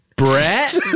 Brett